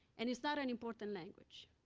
and it's not an important language.